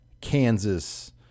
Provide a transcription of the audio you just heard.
Kansas